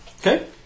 Okay